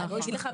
אני לא איש מחקר.